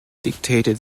dictated